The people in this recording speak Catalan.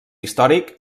històric